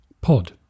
pod